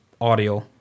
audio